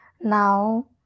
Now